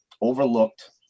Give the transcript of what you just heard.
overlooked